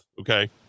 Okay